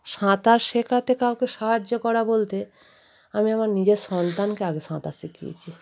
সাঁতার শেখাতে কাউকে সাহায্য করা বলতে আমি আমার নিজের সন্তানকে আগে সাঁতার শিখিয়েছি